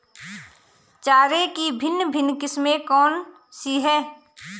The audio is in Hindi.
चारे की भिन्न भिन्न किस्में कौन सी हैं?